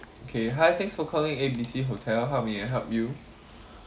okay hi thanks for calling A_B_C hotel how may I help you